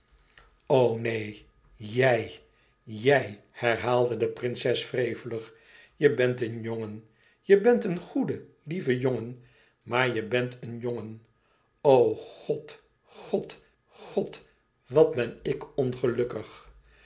neen jij jij herhaalde de prinses wrevelig je bent een jongen je bent een goede lieve jongen maar je bent een jongen o god god god wat ben ik ongelukkig